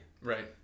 Right